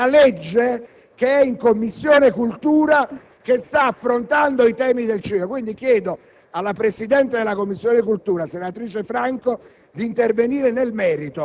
con questo piccolo provvedimento.